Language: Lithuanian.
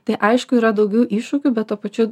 tai aišku yra daugiau iššūkių bet tuo pačiu